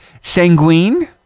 sanguine